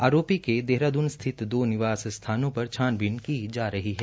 आरोपी के देहरादून स्थित दो निवास स्थानों पर छानवीन की जा रही है